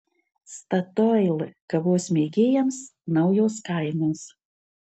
statoil kavos mėgėjams naujos kainos